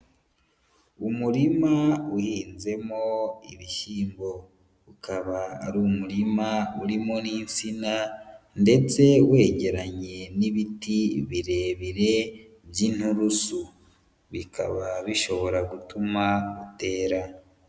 Umurima uhinzemo ibishyimbo, ukaba ari umurima urimo n'isina ndetse wegeranye n'ibiti birebire by'inturusu, bikaba bishobora gutuma utera.